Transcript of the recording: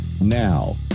Now